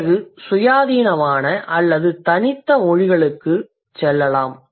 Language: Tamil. பிறகு சுயாதீனமான அல்லது தனித்த மொழிகளுக்குச் ஸ்மால் எல் செல்லலாம்